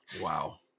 Wow